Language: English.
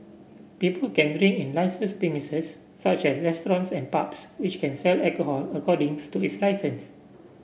people can drink in licensed premises such as restaurants and pubs which can sell alcohol according to its licence